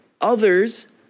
others